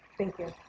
thank you.